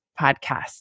podcast